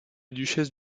duchesse